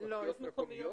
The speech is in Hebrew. רשויות מקומיות?